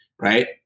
Right